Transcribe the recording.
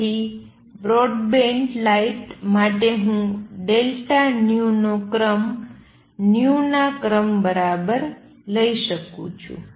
તેથી broadband light માટે હું Δν નો ક્રમ v ના ક્રમ બરાબર લઈ શકું છું